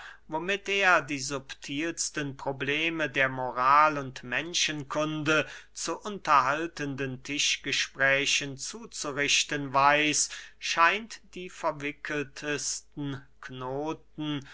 womit er die subtilsten probleme der moral und menschenkunde zu unterhaltenden tischgesprächen zuzurichten weiß scheint die verwickeltsten knoten